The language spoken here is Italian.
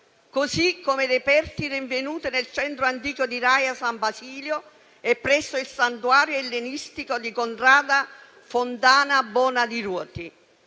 così come i reperti rinvenuti nel centro antico di Raia San Basilio e presso il santuario ellenistico di contrada Fontana Bona di Ruoti.